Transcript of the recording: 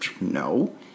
no